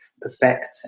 perfect